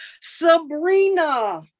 Sabrina